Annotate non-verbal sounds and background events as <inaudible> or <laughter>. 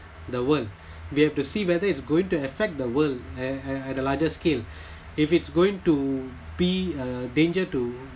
the world we have to see whether it's going to affect the world at at a larger scale <breath> if it's going to be a danger to